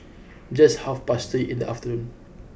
just half past three in the afternoon